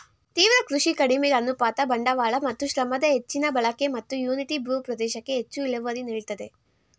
ತೀವ್ರ ಕೃಷಿ ಕಡಿಮೆ ಅನುಪಾತ ಬಂಡವಾಳ ಮತ್ತು ಶ್ರಮದ ಹೆಚ್ಚಿನ ಬಳಕೆ ಮತ್ತು ಯೂನಿಟ್ ಭೂ ಪ್ರದೇಶಕ್ಕೆ ಹೆಚ್ಚು ಇಳುವರಿ ನೀಡ್ತದೆ